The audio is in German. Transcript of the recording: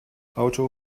auto